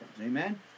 Amen